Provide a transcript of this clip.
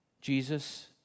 Jesus